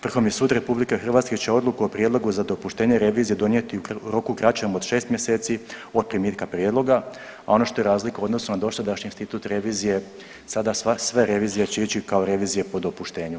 Vrhovni sud Republike Hrvatske će odluku o prijedlogu za dopuštenje revizije donijeti u roku kraćem od šest mjeseci od primitka prijedloga, a ono što je razlika u odnosu na dosadašnji institut revizije sada sve revizije će ići kao revizije po dopuštenju.